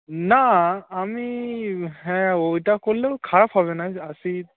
না আমি হ্যাঁ ওইটা করলেও খারাপ হবে না আশি